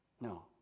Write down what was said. No